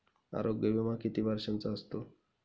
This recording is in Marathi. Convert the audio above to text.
आरोग्य विमा किती वर्षांचा असतो?